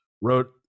wrote